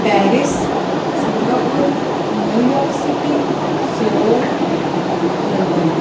Paris Singapore New York city Seoul London